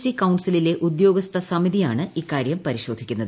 T കൌൺസിലിലെ ഉദ്യോഗസ്ഥ സമിതിയാണ് ഇക്കാര്യം പരിശോധിക്കുന്നത്